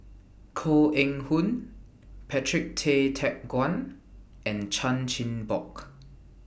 Koh Eng Hoon Patrick Tay Teck Guan and Chan Chin Bock